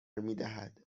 میدهد